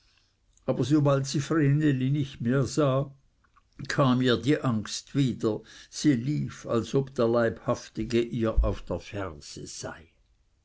aber sobald sie vreneli nicht mehr sah kam ihr die angst wieder sie lief als ob der leibhaftige ihr auf der ferse sei